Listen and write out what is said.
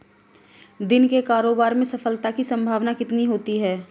दिन के कारोबार में सफलता की संभावना कितनी होती है?